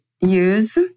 use